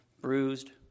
bruised